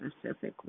specifically